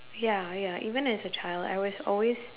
ya ya even as a child I was always